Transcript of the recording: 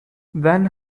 then